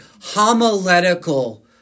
homiletical